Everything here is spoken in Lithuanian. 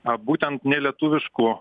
būtent nelietuviškų